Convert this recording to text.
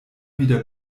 wieder